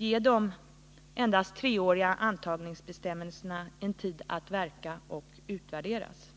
Ge de endast treåriga antagningsbestämmelserna en tid att verka, varefter de kan utvärderas.